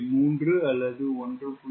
3 அல்லது 1